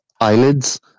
eyelids